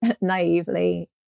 naively